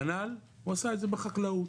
כנ"ל הוא עשה את זה בחקלאות,